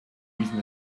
using